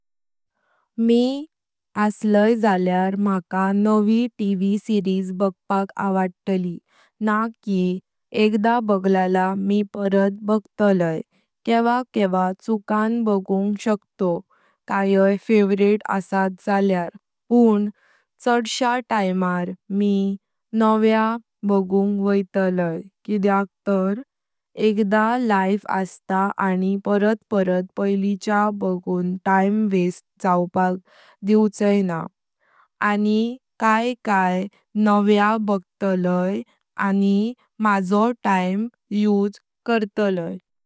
मी असलय जल्यार माका नवी टीव्ही सिरीज बगपाक आवडतली, न्हा की एकदा बगला मी परत बगतलय। केवा केवा चुकन बगुंग शकतोव कायत फेवरेट असत जल्यार पण चडश्या टाइमर मी नव्या बगुंग वैतालो किद्याक तर एकट लाइफ अस्त आणि परत परत पईलिचा बगून टाइम वेस्ट जावपाक दिवचैन। आणि कायत कायत नव्या बगतलय आणि मजो टाइम युज करतलय।